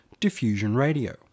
diffusionradio